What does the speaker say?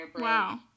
wow